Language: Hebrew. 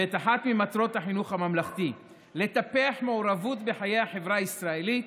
ואת אחת ממטרות החינוך הממלכתי: "לטפח מעורבות בחיי החברה הישראלית,